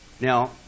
Now